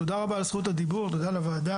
תודה רבה על זכות הדיבור, תודה לוועדה.